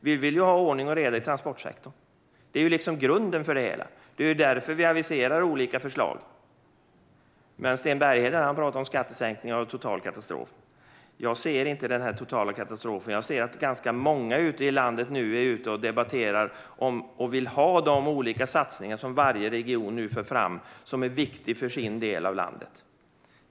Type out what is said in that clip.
Vi vill ha ordning och reda i transportsektorn; det är grunden för det hela. Det är därför vi aviserar olika förslag. Men Sten Bergheden talar om skattesänkningar och total katastrof. Jag ser inte denna totala katastrof, utan jag ser att ganska många ute i landet nu är ute och debatterar och vill ha de olika satsningar som varje region nu för fram och som är viktiga för respektive del av landet.